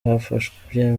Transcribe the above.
hafashwe